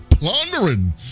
plundering